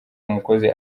umukozi